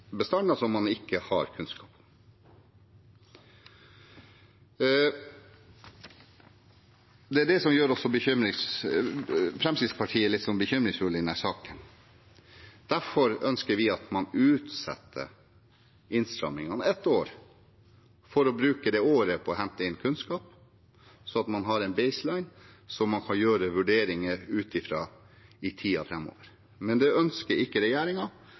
bestander som man ikke har kunnskap om. Det er det som gjør Fremskrittspartiet bekymret i denne saken. Derfor ønsker vi at man utsetter innstrammingene ett år, for å bruke det året på å hente inn kunnskap sånn at man har en «baseline» som man kan gjøre vurderinger ut fra i tiden framover. Men det ønsker ikke